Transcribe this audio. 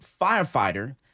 firefighter